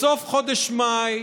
בסוף חודש מאי,